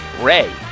Ray